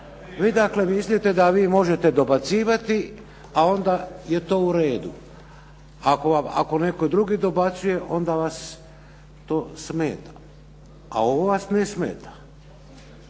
Vi dakle mislite da vi možete dobacivati, a onda je to u redu. A ako netko drugi dobacuje onda vas to smeta, a ovo vas ne smeta.